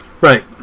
Right